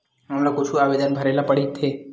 हमला कुछु आवेदन भरेला पढ़थे?